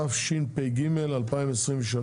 התשפ"ג-2023.